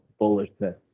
bullishness